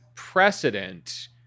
precedent